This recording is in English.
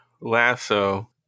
Lasso